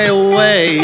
away